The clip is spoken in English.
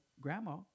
grandma